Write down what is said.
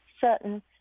certain